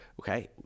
Okay